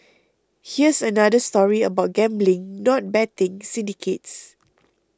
here's another story about gambling not betting syndicates